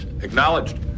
Acknowledged